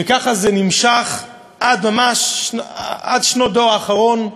וככה זה נמשך עד שנות הדור האחרון,